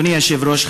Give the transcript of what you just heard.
אדוני היושב-ראש,